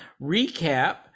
recap